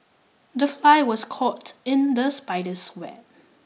the fly was caught in the spider's web